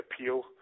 appeal